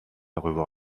revoir